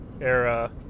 era